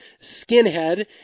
skinhead